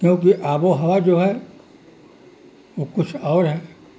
کیونکہ آب و ہوا جو ہے وہ کچھ اور ہے